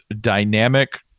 dynamic